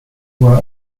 were